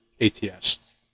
ATS